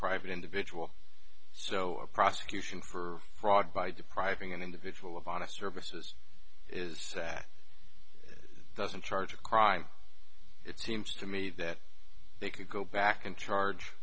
private individual so a prosecution for fraud by depriving an individual of honest services is that it doesn't charge a crime it seems to me that they could go back and charge